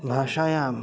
भाषायाम्